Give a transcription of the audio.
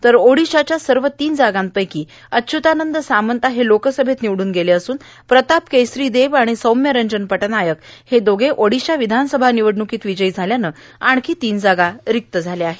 तर ओडीशाच्या सर्व तीन जागांपैकी अच्य्तानंद सामंता हे लोकसभेत निवडुन गेले असून प्रताप केसरी देव आणि सौम्य रंजन पटनायक हे दोघे ओडीशा विधानसभा निवडण्कीत विजयी झाल्यानं आणखी तीन जागा रिक्त झाल्या आहेत